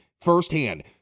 firsthand